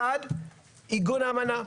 אחד, עיגון אמנה.